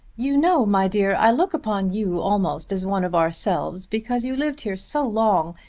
you know, my dear, i look upon you almost as one of ourselves because you lived here so long.